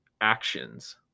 actions